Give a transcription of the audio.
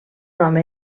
home